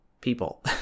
people